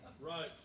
Right